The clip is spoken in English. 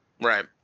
Right